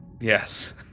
Yes